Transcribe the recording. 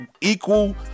equal